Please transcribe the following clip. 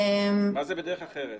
מה זה בדרך אחרת?